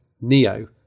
Neo